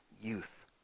youth